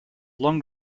long